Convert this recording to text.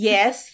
Yes